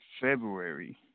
February